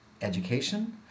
education